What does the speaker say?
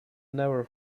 never